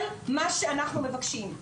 זה כל מה שאנחנו מבקשים,